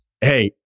hey